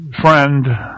friend